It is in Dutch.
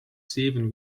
zeven